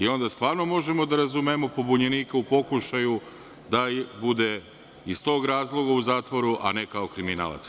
Onda stvarno možemo da razumemo pobunjenika u pokušaju da bude iz tog razloga u zatvoru, a ne kao kriminalac.